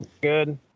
Good